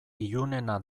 ilunena